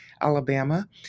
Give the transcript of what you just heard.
Alabama